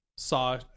Saw